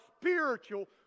spiritual